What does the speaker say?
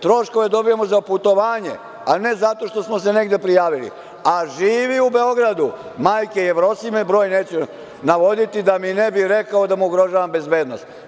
Troškove dobijamo za putovanje, a ne zato što smo se negde prijavili, a živi u Beogradu, Majke Jevrosime, broj neću navoditi da mi ne bi rekao da mu ugrožavam bezbednost.